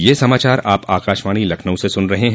ब्रे क यह समाचार आप आकाशवाणी लखनऊ से सुन रहे हैं